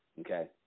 Okay